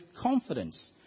confidence